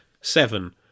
seven